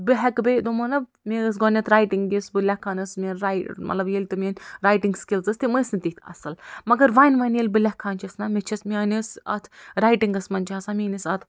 بہٕ ہٮ۪کہِ بیٚیہِ دوٚپمو نا مےٚ ٲس گۄڈنٮ۪تھ رایٹِنٛگ یِس بہٕ لٮ۪کھان ٲسٕس مےٚ رَیہ مطلب ییٚلہِ تہِ میٲنۍ رایٹِنٛگ سِکِل ٲسۍ تِم ٲسۍ نہٕ تِتھ اصٕل مگر ونہِ وَنہِ ییٚلہِ بہٕ لٮ۪کھان چھَس نا مےٚ چھَس میٲنۍ ٲس اتھ رایٹِنٛگس اتھ منٛز چھِ آسان میٚٲنِس اتھ